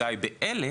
אזי באלה